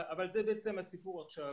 אבל זה הסיפור עכשיו.